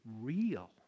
real